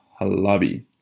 Halabi